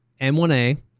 M1A